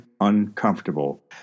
uncomfortable